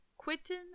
Quinton